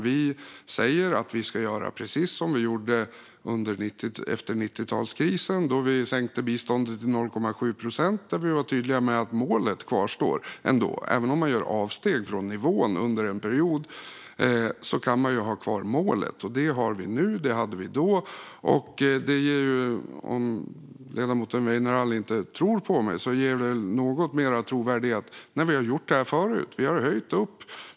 Vi säger att man ska göra precis som vi gjorde efter 90-talskrisen, då vi sänkte biståndet till 0,7 procent och var tydliga med att målet ändå kvarstod. Även om man gör avsteg från nivån under en period kan man ha kvar målet. Det har vi nu, och det hade vi då. Om ledamoten Weinerhall inte tror mig ger det väl något mera trovärdighet att Socialdemokraterna har gjort det här förut.